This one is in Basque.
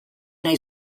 nahi